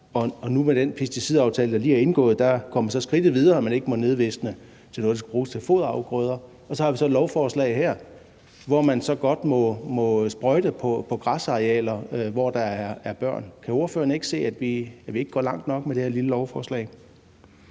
og nu, hvor den pesticidaftale lige er indgået, går man så skridtet videre, at man ikke må nedvisne til noget, der skal bruges til foderafgrøder. Og så har vi så et lovforslag her, hvor man så godt må sprøjte på græsarealer, hvor der er børn. Kan ordføreren ikke se, at vi ikke går langt nok med det her lille lovforslag?